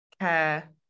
care